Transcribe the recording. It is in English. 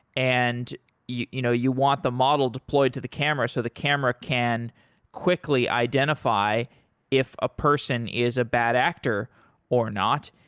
and you you know you want the model deployed to the camera, so the camera can quickly identify if a person is a bad actor or not.